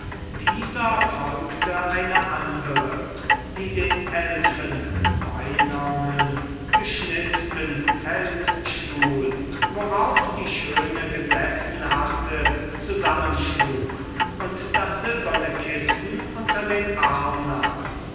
dieser folgte eine andre die den elfenbeinernen geschnitzten feldstuhl worauf die schöne gesessen hatte zusammenschlug und das silberne kissen unter den arm nahm